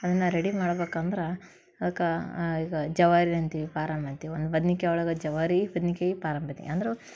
ಅದನ್ನು ರೆಡಿ ಮಾಡ್ಬೇಕಂದ್ರೆ ಅಕ ಈಗ ಜವಾರಿ ಅಂತೀವಿ ಪಾರಮ್ ಅಂತೀವಿ ಒಂದು ಬದ್ನೆಕಾಯ್ ಒಳಗೆ ಜವಾರಿ ಬದ್ನೆಕಾಯಿ ಪಾರಮ್ ಬದ್ನೆ ಅಂದರೂ